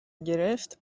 گرفت